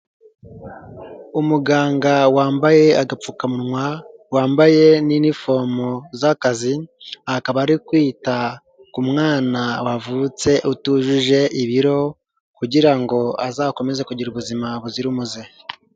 Umuganga wambaye agapfukamunwa, wambaye nifomu z'akazi, akaba ari kwita ku mwana wavutse utujuje ibiro kugira ngo azakomeze kugira ubuzima buzira umuze.